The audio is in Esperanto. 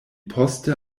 poste